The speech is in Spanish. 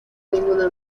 ninguna